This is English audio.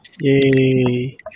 Yay